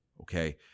okay